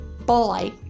boy